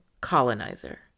colonizer